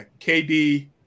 KD